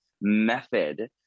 method